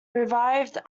revived